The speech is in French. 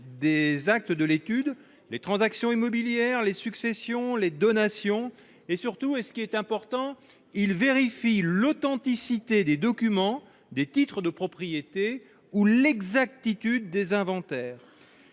des actes de l'étude, des transactions immobilières, des successions et des donations. Surtout- et c'est peut-être le plus important -, ils vérifient l'authenticité des documents, des titres de propriété ou l'exactitude des inventaires.